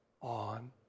on